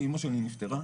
טיפול בקהילה,